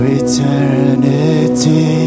eternity